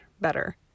better